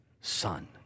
Son